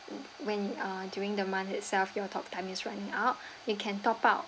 when uh during the month itself your talk time is running out you can top up